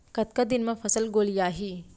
कतका दिन म फसल गोलियाही?